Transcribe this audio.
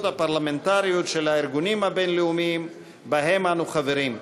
הפרלמנטריות של הארגונים הבין-לאומיים שבהם אנו חברים,